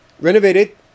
renovated